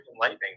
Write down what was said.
lightning